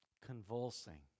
Convulsing